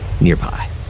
nearby